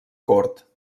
cort